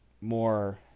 more